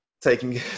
taking